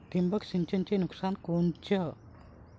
ठिबक सिंचनचं नुकसान कोनचं?